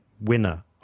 winner